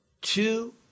two